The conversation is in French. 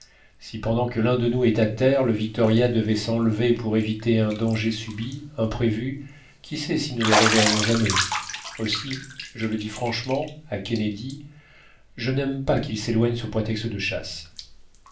si pendant que l'un de nous est à terre le victoria devait s'enlever pour éviter un danger subit imprévu qui sait si nous le reverrions jamais aussi je le dis franchement à kennedy je n'aime pas qu'il s'éloigne sous prétexte de chasse